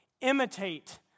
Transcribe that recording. Imitate